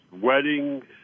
weddings